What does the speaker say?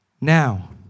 now